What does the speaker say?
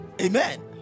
Amen